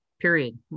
period